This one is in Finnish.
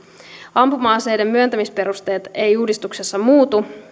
ampuma aseiden myöntämisperusteet eivät uudistuksessa muutu